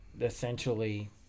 Essentially